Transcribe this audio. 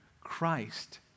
Christ